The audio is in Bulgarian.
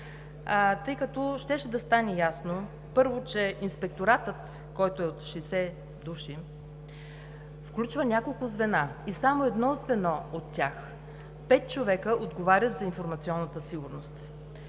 тъй като щеше да стане ясно, първо, че Инспекторатът, който е от 60 души, включва няколко звена и само едно от тях – пет човека, отговарят за информационната сигурност.